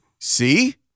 See